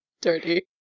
Dirty